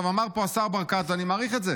אמר פה השר ברקת, ואני מעריך את זה,